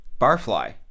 Barfly